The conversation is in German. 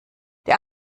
der